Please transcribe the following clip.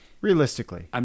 Realistically